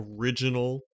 original